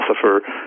philosopher